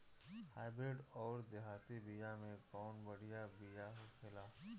Hybrid अउर देहाती बिया मे कउन बढ़िया बिया होखेला?